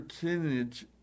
percentage